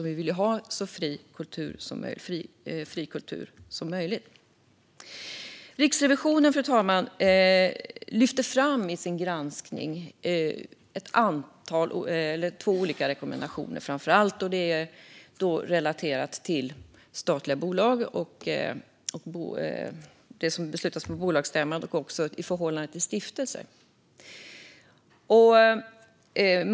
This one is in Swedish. Vi vill ha en så fri kultur som möjligt. Riksrevisionen lyfter, fru talman, i sin granskning framför allt fram två olika rekommendationer i relation till statliga bolag. De gäller det som beslutas på bolagsstämman och även i förhållande till stiftelser.